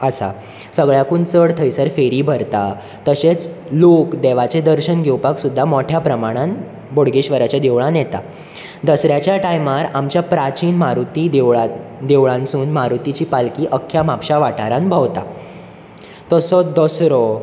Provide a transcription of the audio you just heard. आसा सगल्याकून चड थंयसर फेरी भरता तशेंच लोक देवाचें दर्शन घेवपाक सुद्दां मोठ्या प्रमाणान बोडगेश्वराच्या देवळान येता दसऱ्याच्या टायमार आमच्या प्राचीन मारुती देवळात देवळानसून मारुतीची पालखी अख्ख्या म्हापशां वाठारान भोवता तसोच दोसरो